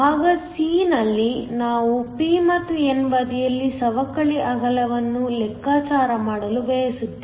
ಭಾಗ c ನಲ್ಲಿ ನಾವು p ಮತ್ತು n ಬದಿಯಲ್ಲಿ ಸವಕಳಿ ಅಗಲವನ್ನು ಲೆಕ್ಕಾಚಾರ ಮಾಡಲು ಬಯಸುತ್ತೇವೆ